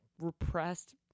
repressed